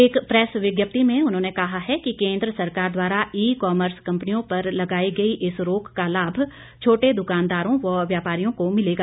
एक प्रैस विज्ञप्ति में उन्होंने कहा है कि केंद्र सरकार द्वारा ई कमर्स कंपनियों पर लगाई गई इस रोक का लाभ छोटे द्वकानदारों व व्यपारियों को मिलेगा